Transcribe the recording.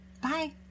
Bye